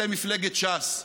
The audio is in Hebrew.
אתם מפלגת ש"ס.